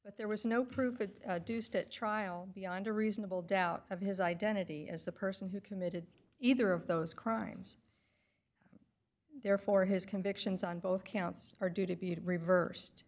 but there was no proof it deuced at trial beyond a reasonable doubt of his identity as the person who committed either of those crimes therefore his convictions on both counts are due to be it reversed